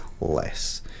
less